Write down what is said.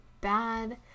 bad